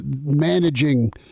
managing